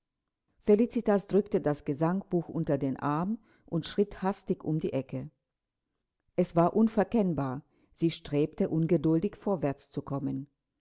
felicitas drückte das gesangbuch unter den arm und schritt hastig um die ecke es war unverkennbar sie strebte ungeduldig vorwärts zu kommen